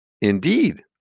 indeed